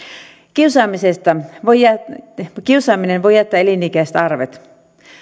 kiusaamisen ehkäisemiseen kiusaaminen voi jättää elinikäiset arvet varmasti